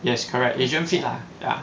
yes correct asian fit lah ya